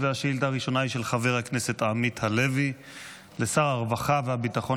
והשאילתה הראשונה היא של חבר הכנסת עמית הלוי לשר הרווחה והביטחון